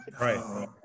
Right